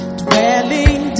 dwelling